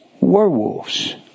werewolves